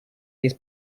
his